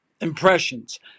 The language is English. impressions